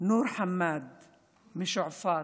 נור חמאד משועפאט,